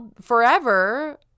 forever